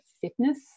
fitness